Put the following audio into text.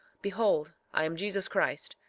behold, i am jesus christ.